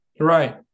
Right